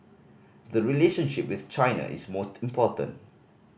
the relationship with China is most important